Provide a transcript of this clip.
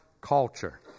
culture